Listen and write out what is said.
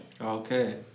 Okay